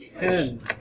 Ten